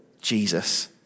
Jesus